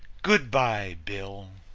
good-by bill